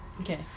Okay